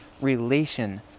relation